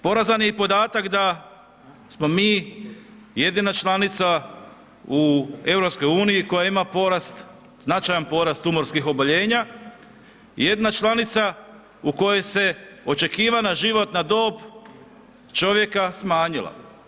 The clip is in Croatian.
Porazan je i podatak da smo mi jedina članica u EU koja ima porast, značajan porast tumorskih oboljenja i jedina članica u kojoj se očekivana životna dob čovjeka smanjila.